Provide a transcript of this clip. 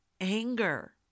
anger